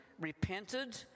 repented